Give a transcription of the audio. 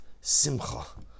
Simcha